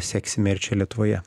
seksime ir čia lietuvoje